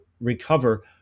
recover